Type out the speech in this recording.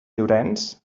llorenç